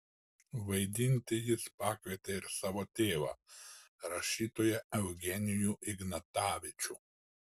vaidinti jis pakvietė ir savo tėvą rašytoją eugenijų ignatavičių